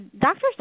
doctor's